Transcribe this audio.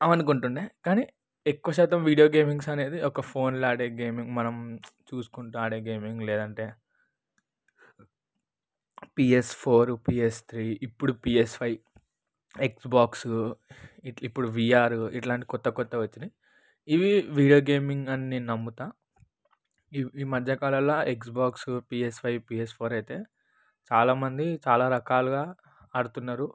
అవన్నీ ఉంటుండే కానీ ఎక్కువ శాతం వీడియో గేమింగ్స్ అనేది ఒక ఫోన్లో ఆడేది మనం చూసుకుంటూ ఆడే గేమింగ్ లేదంటే పిఎస్ ఫోర్ పిఎస్ త్రీ ఇప్పుడు పిఎస్ ఫైవ్ ఎక్స్ బాక్స్ ఇట్లా ఇప్పుడు విఆర్ ఇట్లా కొత్త కొత్త వచ్చినాయి ఇవి వీడియో గేమింగ్ అని నేను నమ్ముతాను ఈ మధ్యకాలంలో Xbox PS four PS five అయితే చాలామంది చాలా రకాలుగా ఆడుతున్నారు